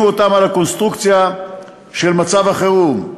אותם על הקונסטרוקציה של מצב החירום.